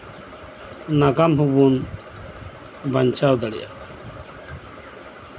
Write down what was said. ᱱᱟᱜᱟᱢ ᱦᱚᱵᱚᱱ ᱵᱟᱧᱪᱟᱣ ᱫᱟᱲᱮᱭᱟᱜᱼᱟ